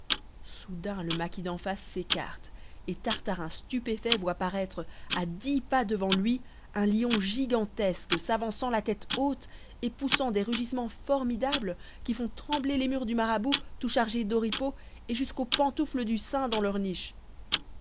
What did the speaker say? soudain le maquis d'en face s'écarte et tartarin stupéfait voit paraître à dix pas devant lui un lion gigantesque s'avançant la tête haute et poussant des rugissements formidables qui font trembler les murs du marabout tout chargés d'oripeaux et jusqu'aux pantoufles du saint dans leur niche